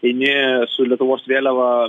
eini su lietuvos vėliava